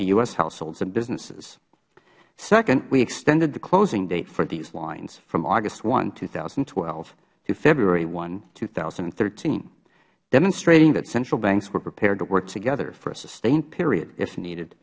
to u s households and businesses second we extended the closing date for these lines from august one two thousand and twelve to february one two thousand and thirteen demonstrating that central banks were prepared to work together for a sustained period if needed